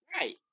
Right